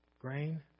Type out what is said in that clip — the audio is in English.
grain